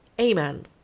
amen